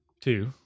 two